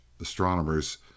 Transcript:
Astronomers